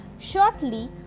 Shortly